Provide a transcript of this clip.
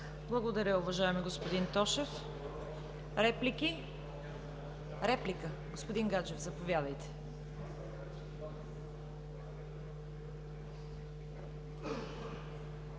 Благодаря, уважаеми господин Тошев! Реплики? Господин Гаджев, заповядайте.